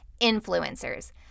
influencers